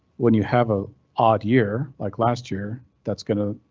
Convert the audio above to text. when you have a odd year like last year, that's going to.